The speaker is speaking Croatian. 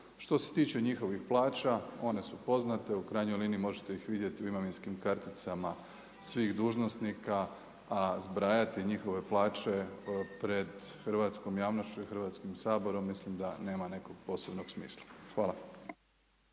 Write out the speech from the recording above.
Što se tiče njihovih plaća, one su poznate, u krajnjoj liniji možete ih vidjeti u imovinskim karticama svih dužnosnika, a zbrajati njihove plaće pred hrvatskom javnošću i Hrvatskim saborom, mislim da nema nekog posebnog smisla. Hvala.